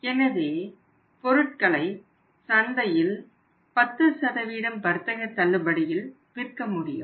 எனவே பொருட்களை சந்தையில் 10 வர்த்தக தள்ளுபடியில் விற்க முடியும்